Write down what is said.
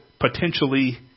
potentially